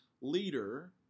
leader